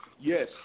Yes